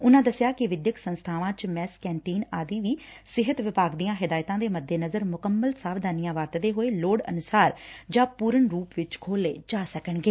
ਉਨਾਂ ਦੱਸਿਆ ਕਿ ਵਿਦਿਅਕ ਸੰਸਬਾਵਾਂ ਵਿਚ ਮੈਸ ਕੰਟੀਨੂ ਆਦਿ ਵੀ ਸਿਹਤ ਵਿਭਾਗ ਦੀਆਂ ਹਦਾਇਤਾਂ ਦੇ ਮੱਦੇਨਜ਼ਰ ਮੁਕੰਮਲ ਸਾਵਧਾਨੀਆਂ ਵਰਤਦੇ ਹੋਏ ਲੋੜ ਅਨੁਸਾਰ ਜਾਂ ਪੁਰਨ ਰੁਪ ਵਿਚ ਖੋਲੇ ਜਾ ਸਕਣਗੇ